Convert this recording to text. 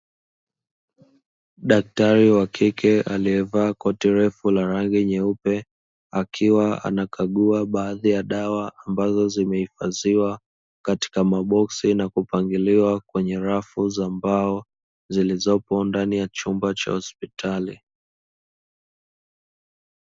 Daktari wa kike aliyevaa koti refu ,la rangi nyeupe akiwa anakagua baadhi ya dawa ambazo zimehifadhiwa katika maboksi na kupangiliwa kwenye rafu za mbao zilizopo ndani ya chumba cha hospitali.